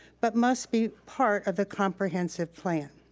but must be part of the comprehensive plan.